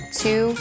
two